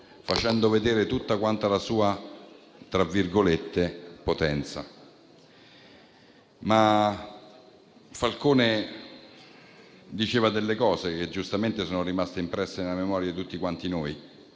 facendo vedere tutta quanta la sua "potenza". Falcone diceva delle cose che giustamente sono rimaste impresse nella memoria di tutti noi: